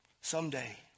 Someday